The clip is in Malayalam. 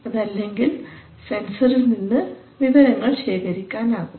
അതല്ലെങ്കിൽ സെൻസറിൽനിന്ന് വിവരങ്ങൾ ശേഖരിക്കാൻ ആകും